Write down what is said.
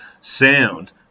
sound